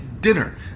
Dinner